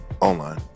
Online